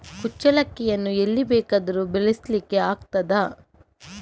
ಕುಚ್ಚಲಕ್ಕಿಯನ್ನು ಎಲ್ಲಿ ಬೇಕಾದರೂ ಬೆಳೆಸ್ಲಿಕ್ಕೆ ಆಗ್ತದ?